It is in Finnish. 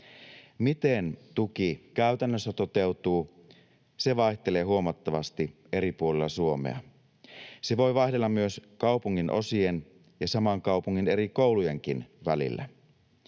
miten tuki käytännössä toteutuu, vaihtelee huomattavasti eri puolilla Suomea. Se voi vaihdella myös kaupunginosien ja saman kaupungin eri koulujenkin välillä.